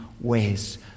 ways